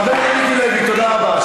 חבר הכנסת מיקי לוי, תודה רבה.